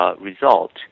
result